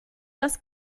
das